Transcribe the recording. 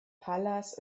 palas